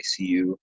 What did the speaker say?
ICU